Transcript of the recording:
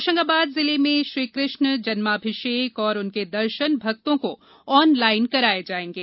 होशंगाबाद जिले में श्रीकृष्ण जन्माभिषेक और उनके दर्शन भक्तों को ऑनलाइन कराए जाएंगे